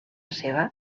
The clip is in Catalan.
seva